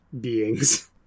beings